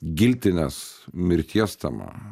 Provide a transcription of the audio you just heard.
giltinės mirties tema